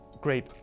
great